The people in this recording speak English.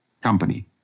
company